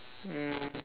mm